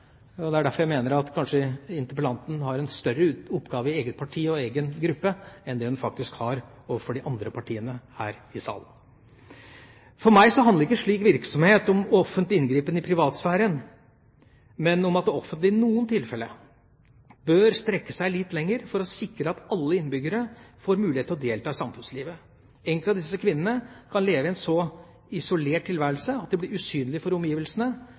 og det er derfor jeg mener at interpellanten kanskje har en større oppgave i eget parti og egen gruppe enn hun faktisk har overfor de andre partiene her i salen. For meg handler ikke slik virksomhet om offentlig inngripen i privatsfæren, men om at det offentlige i noen tilfeller bør strekke seg litt lenger for å sikre at alle innbyggere får mulighet til å delta i samfunnslivet. Enkelte av disse kvinnene kan leve i en så isolert tilværelse at de blir usynlige for omgivelsene